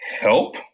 help